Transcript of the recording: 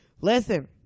listen